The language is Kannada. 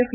ಎಫ್